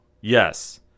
Yes